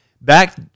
back